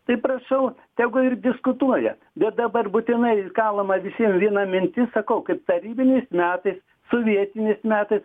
tai prašau tegu ir diskutuoja bet dabar būtinai kalama visiem viena mintis sakau kaip tarybiniais metais sovietiniais metais